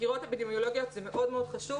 חקירות אפידמיולוגיות זה מאוד מאוד חשוב,